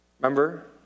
Remember